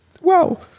Wow